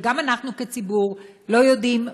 וגם אנחנו כציבור לא יודעים,